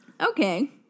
Okay